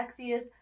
sexiest